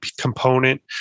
component